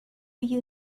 you